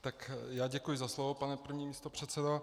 Tak já děkuji za slovo, pane první místopředsedo.